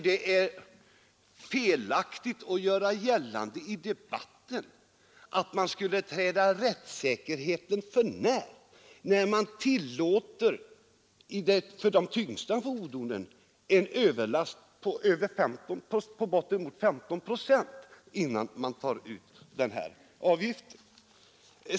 Det är felaktigt att göra gällande i debatten att man skulle träda rättssäkerheten för när då de tyngsta fordonen tillåts ha en överlast på inemot 15 procent innan man tar ut avgiften.